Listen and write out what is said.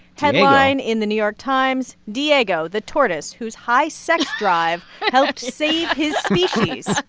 headline in the new york times diego, the tortoise whose high sex drive helped save his species,